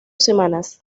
semanas